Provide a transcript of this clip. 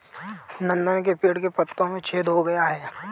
नंदन के पेड़ के पत्तों में छेद हो गया है